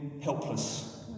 helpless